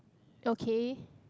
okay